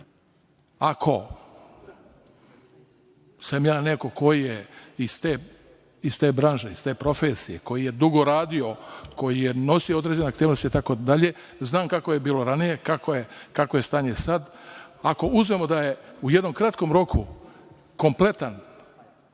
Ako sam neko ko je iz te branše, iz te profesije, koji je dugo radio, koji je nosio određene aktivnosti itd, znam kako je bilo ranije, kakvo je stanje sada. Ako uzmemo da je u jednom kratkom roku kompletan